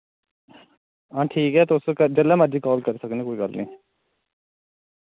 हां ठीक ऐ तुस जिल्लै मर्जी काल करी सकने कोई गल्ल नी